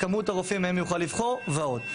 כמות הרופאים מהם יוכל לבחור ועוד.